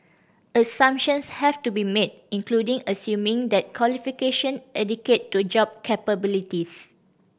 assumptions have to be made including assuming that qualification equate to job capabilities